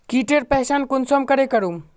कीटेर पहचान कुंसम करे करूम?